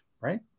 right